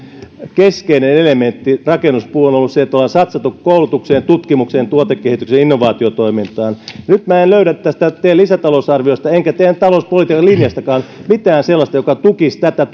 keskeinen elementti on se että ollaan satsattu koulutukseen ja tutkimukseen tuotekehitykseen innovaatiotoimintaan nyt en löydä tästä teidän lisätalousarviosta enkä teidän talouspolitiikan linjastakaan mitään sellaista mikä tukisi tätä